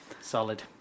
solid